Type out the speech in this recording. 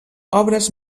obres